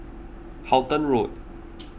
Halton Road